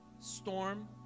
storm